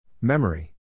Memory